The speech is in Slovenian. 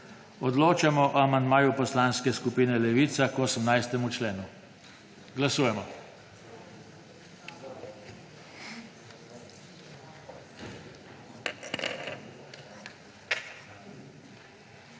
Odločamo o amandmaju Poslanske skupine Levica k 18. členu. Glasujemo.